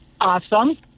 Awesome